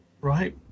Right